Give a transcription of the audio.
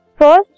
First